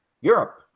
Europe